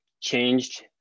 changed